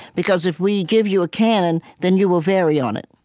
because if we give you a canon, then you will vary on it.